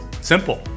Simple